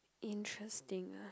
interesting ah